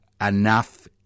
enough